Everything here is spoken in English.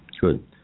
Good